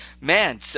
man